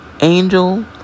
angel